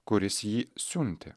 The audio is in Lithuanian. kuris jį siuntė